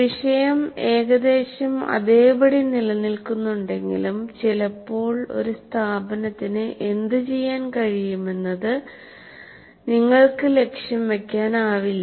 വിഷയം ഏകദേശം അതേപടി നിലനിൽക്കുന്നുണ്ടെങ്കിലും ചിലപ്പോൾ ഒരു സ്ഥാപനത്തിന് എന്തുചെയ്യാൻ കഴിയുമെന്നത് നിങ്ങൾക്ക് ലക്ഷ്യം വയ്ക്കാനാവില്ല